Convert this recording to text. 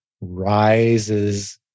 rises